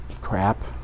crap